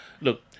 Look